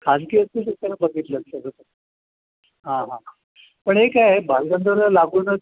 खासगी असती तर त्यांना बघितलं असतं हां हां पण एक आहे बालगंधर्वास लागूनच